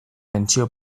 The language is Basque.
pentsio